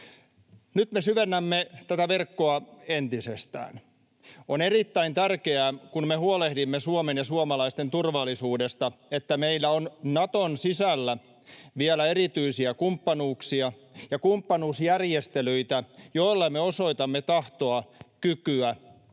Nyt me syvennämme tätä verkkoa entisestään. On erittäin tärkeää, kun me huolehdimme Suomen ja suomalaisten turvallisuudesta, että meillä on Naton sisällä vielä erityisiä kumppanuuksia ja kumppanuusjärjestelyitä, joilla me osoitamme tahtoa, kykyä